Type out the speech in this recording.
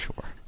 Sure